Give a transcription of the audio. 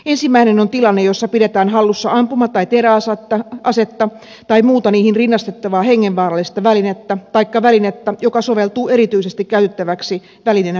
ensimmäinen on tilanne jossa pidetään hallussa ampuma tai teräasetta tai muuta niihin rinnastettavaa hengenvaarallista välinettä taikka välinettä joka soveltuu erityisesti käytettäväksi välineenä rikoksessa